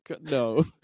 No